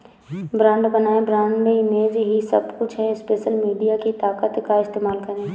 brand बनाएं, brand image ही सब कुछ है, सोशल मीडिया की ताकत का इस्तेमाल करें